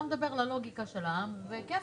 למה מעבירים לרשות הטבע והגנים?